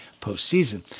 postseason